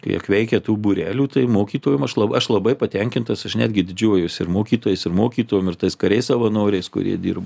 kiek veikė tų būrelių tai mokytojom aš aš labai patenkintas aš netgi didžiuojuosi ir mokytojais ir mokytojams ir tais kariais savanoriais kurie dirba